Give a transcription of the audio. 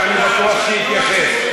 ואני בטוח שיתייחס.